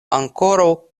ankoraŭ